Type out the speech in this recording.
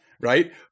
Right